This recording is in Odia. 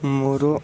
ମୋର